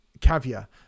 Caviar